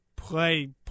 play